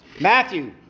Matthew